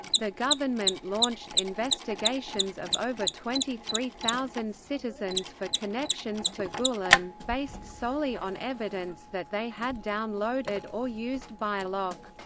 the government launched investigations of over twenty three thousand citizens for connections to gulen, based solely on evidence that they had downloaded or used bylock.